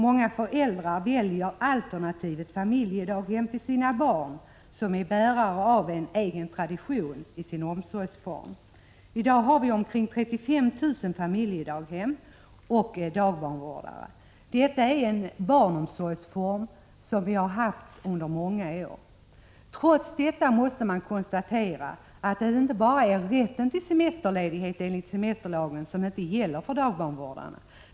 Många föräldrar väljer alternativet familjedaghem till sina barn, som är bärare av en egen tradition i sin omsorgsform. I dag har vi omkring 35 000 familjedaghem och dagbarnvårdare. Detta är en barnomsorgsform som vi har haft i många år. Trots detta måste man konstatera att det inte bara är rätten till semesterledighet enligt semesterlagen som inte gäller för dagbarnvårdare.